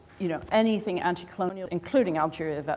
you know anything anti-colonial, including algeria,